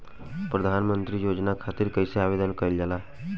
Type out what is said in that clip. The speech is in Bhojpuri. प्रधानमंत्री योजना खातिर कइसे आवेदन कइल जाला?